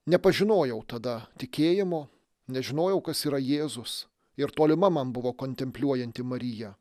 nepažinojau tada tikėjimo nežinojau kas yra jėzus ir tolima man buvo kontempliuojanti marija